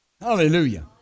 Hallelujah